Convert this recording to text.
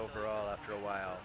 over all after a while